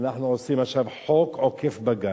אנחנו עושים עכשיו חוק עוקף-בג"ץ.